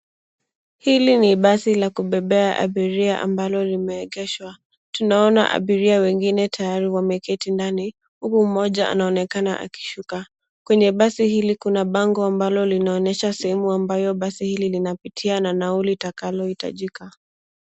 Hili ni basi la kubebea abiria ambalo limeegeshwa. Tunaona abiria wengine tayari wameketi ndani, huku mmoja anaonekana akishuka. Kwenye basi hili, kuna bango ambalo linaonyesha sehemu ambayo basi hili linapitia na nauli itakalo hitajika.